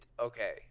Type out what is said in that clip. Okay